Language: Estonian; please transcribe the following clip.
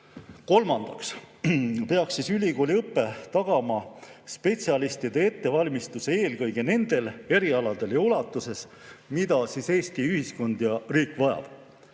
Kolmandaks peaks ülikooliõpe tagama spetsialistide ettevalmistuse eelkõige nendel erialadel ja sellises ulatuses, mida Eesti ühiskond ja riik vajab.